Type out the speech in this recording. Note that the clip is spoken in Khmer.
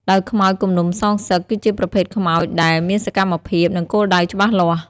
ដោយខ្មោចគំនុំសងសឹក គឺជាប្រភេទខ្មោចដែល មានសកម្មភាព និងគោលដៅច្បាស់លាស់។